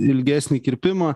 ilgesnį kirpimą